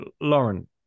Lauren